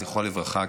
זכרו לברכה,